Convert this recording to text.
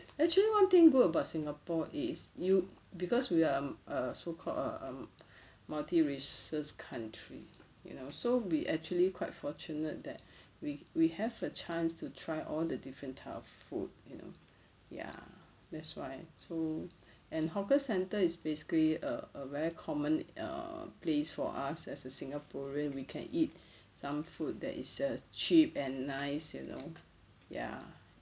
actually one thing good about singapore is you cause we are um a so called a um multi races country you know so we actually quite fortunate that we we have a chance to try all the different type of food you know ya that's why so and hawker centre is basically a very common err place for us as a singaporean we can eat some food that is err cheap and nice you know ya